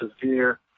severe